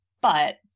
But-